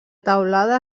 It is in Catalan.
teulada